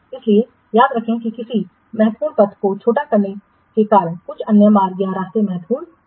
इसलिए याद रखें कि किसी महत्वपूर्ण पथ को छोटा करने के कारण कुछ अन्य मार्ग या रास्ते महत्वपूर्ण हो जाते हैं